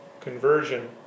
conversion